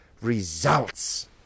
results